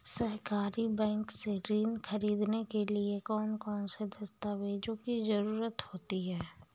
सहकारी बैंक से ऋण ख़रीदने के लिए कौन कौन से दस्तावेजों की ज़रुरत होती है?